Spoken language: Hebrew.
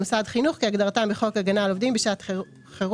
"מוסד חינוך" כהגדרתם בחוק הגנה על עובדים בשעת חירום,